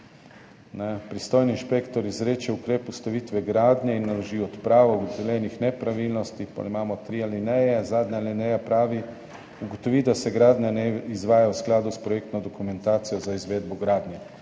»Pristojni inšpektor izreče ukrep ustavitve gradnje in naloži odpravo ugotovljenih nepravilnosti …«. Potem imamo tri alineje, zadnja alineja pravi: »Ugotovi, da se gradnja ne izvaja v skladu s projektno dokumentacijo za izvedbo gradnje.«